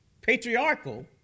patriarchal